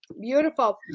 Beautiful